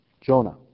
Jonah